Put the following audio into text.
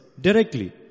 directly